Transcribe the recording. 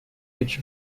age